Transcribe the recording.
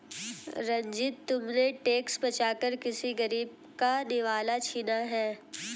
रंजित, तुमने टैक्स बचाकर किसी गरीब का निवाला छीना है